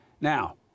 now